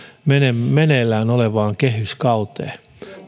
meneillään olevaan kehyskauteen